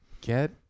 get